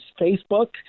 Facebook